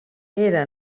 era